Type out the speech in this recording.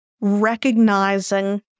recognizing